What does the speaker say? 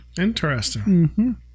Interesting